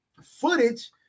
footage